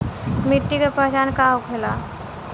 मिट्टी के पहचान का होखे ला?